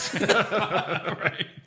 Right